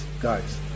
guys